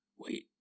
Wait